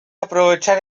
aprovechar